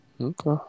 Okay